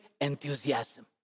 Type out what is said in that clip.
enthusiasm